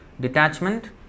Detachment